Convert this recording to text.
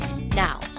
Now